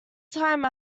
time